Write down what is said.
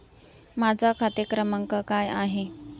माझा खाते क्रमांक काय आहे?